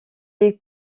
est